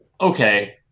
okay